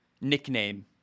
nickname